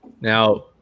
Now